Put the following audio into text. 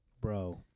Bro